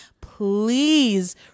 please